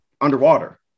underwater